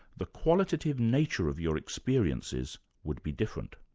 the qualitative nature of your experiences would be different.